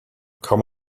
come